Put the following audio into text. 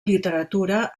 literatura